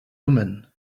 woman